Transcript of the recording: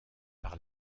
par